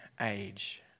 age